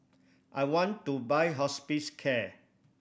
I want to buy Hospicare